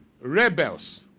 Rebels